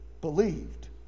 believed